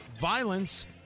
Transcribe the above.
violence